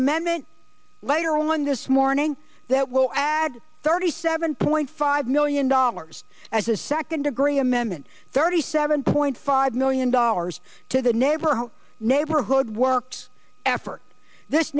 amendment later on this morning that will add thirty seven point five million dollars as a second degree amendment thirty seven point five million dollars to the neighborhood neighborhood works effort this